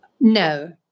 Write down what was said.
No